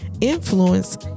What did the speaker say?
influence